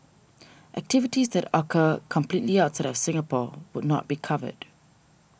activities that occur completely outside of Singapore would not be covered